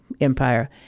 Empire